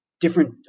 different